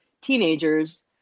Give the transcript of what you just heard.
teenagers